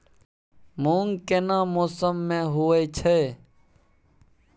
मूंग केना मौसम में होय छै?